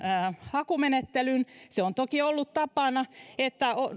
hakumenettelyn on toki ollut tapana että